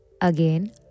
Again